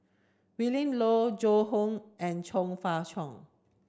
Willin Low Joan Hon and Chong Fah Cheong